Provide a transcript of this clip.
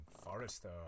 Forrester